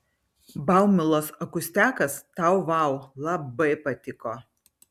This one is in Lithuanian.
baumilos akustiakas tau vau labai patiko